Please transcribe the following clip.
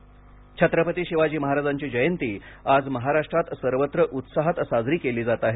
शिवजयंती छत्रपती शिवाजी महाराजांची जयंती आज महाराष्ट्रात सर्वत्र उत्साहात साजरी केली जात आहे